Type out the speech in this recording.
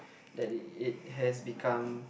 that it has become